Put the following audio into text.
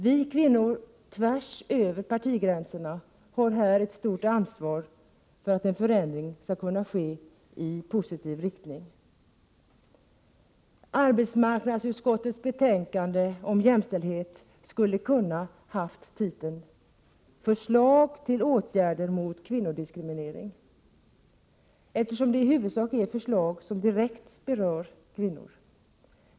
Vi kvinnor tvärs över partigränserna har här ett stort ansvar för att en förändring skall ske i positiv riktning. Arbetsmarknadsutskottets betänkande om jämställdhet kunde ha haft titeln Förslag till åtgärder mot kvinnodiskriminering, eftersom det i huvudsak är förslag som direkt berör kvinnor.